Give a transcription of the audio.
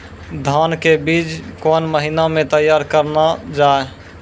धान के बीज के बीच कौन महीना मैं तैयार करना जाए?